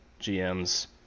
GMs